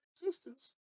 existence